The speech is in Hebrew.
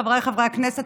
חבריי חברי הכנסת,